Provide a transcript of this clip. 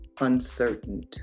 uncertain